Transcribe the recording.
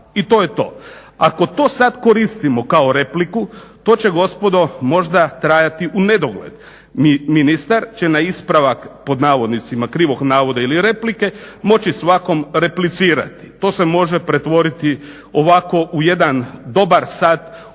i to je to. Ako to sad koristimo kao repliku to će gospodo možda trajati unedogled. Ministar će na ispravak pod navodnicima krivog navoda ili replike moći svakom replicirati. To se može pretvoriti ovako u jedan dobar sat uvodnog